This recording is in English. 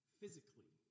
physically